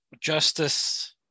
Justice